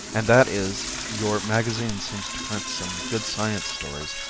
and that is your magazine seems to print some good science stories,